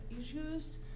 issues